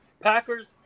Packers